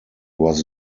was